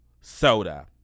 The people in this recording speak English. soda